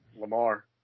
Lamar